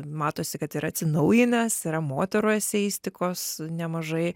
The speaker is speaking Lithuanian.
matosi kad yra atsinaujinęs yra moterų eseistikos nemažai